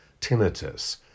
tinnitus